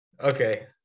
Okay